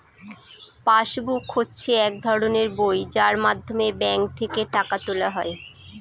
pass book হচ্ছে এক ধরনের বই যার মাধ্যমে ব্যাঙ্ক থেকে টাকা তোলা হয়